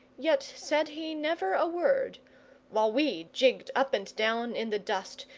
yet said he never a word while we jigged up and down in the dust,